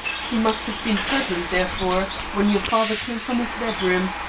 he must have been present, therefore, when your father came from his bedroom,